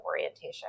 orientation